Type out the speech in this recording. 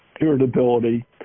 irritability